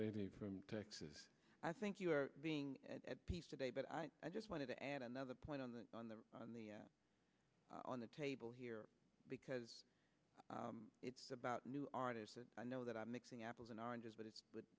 tones from texas i think you are being at peace today but i i just wanted to add another point on the on the on the on the table here because it's about new artists and i know that i'm mixing apples and oranges but it's